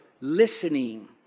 Listening